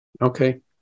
Okay